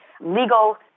legal